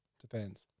depends